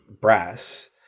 brass